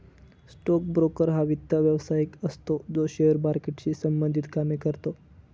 stock broker हा वित्त व्यवसायिक असतो जो शेअर मार्केटशी संबंधित कामे करतो